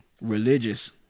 religious